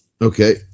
Okay